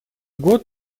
год